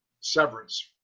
severance